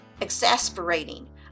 exasperating